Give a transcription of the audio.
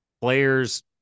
Players